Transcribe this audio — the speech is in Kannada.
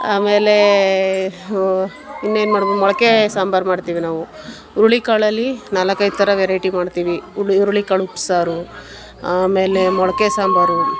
ಆಮೇಲೆ ಇನ್ನೇನು ಮಾಡೋದು ಮೊಳಕೆ ಸಾಂಬಾರು ಮಾಡ್ತೀವಿ ನಾವು ಹುರುಳಿಕಾಳಲ್ಲಿ ನಾಲ್ಕೈದು ಥರ ವೆರೈಟಿ ಮಾಡ್ತೀವಿ ಹುರುಳಿಕಾಳು ಉಪ್ಪು ಸಾರು ಆಮೇಲೆ ಮೊಳಕೆ ಸಾಂಬಾರು